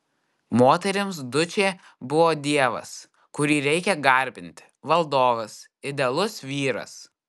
moterims dučė buvo dievas kurį reikia garbinti valdovas idealus vyras